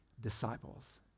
disciples